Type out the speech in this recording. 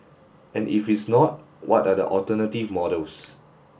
and if it's not what are the alternative models